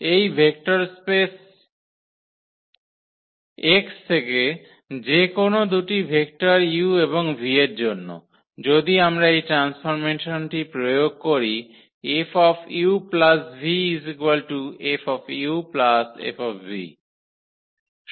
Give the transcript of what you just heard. এই vector space X থেকে যে কোনও দুটি ভেক্টর u এবং v এর জন্য যদি আমরা এই ট্রান্সফর্মেশনটি প্রয়োগ করি 𝐹 uv 𝐹 𝐹